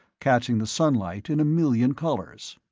catching the sunlight in a million colors.